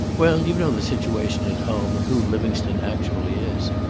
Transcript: well, you know the situation at home, and who livingstone actually is.